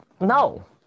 No